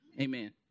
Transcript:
Amen